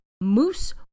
Moose